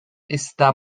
está